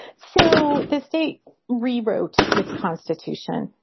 so the state rewrote its constitution.